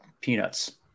Peanuts